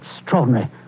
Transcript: extraordinary